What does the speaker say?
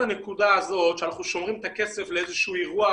הנקודה הזו שאנחנו שומרים את הכסף לאירוע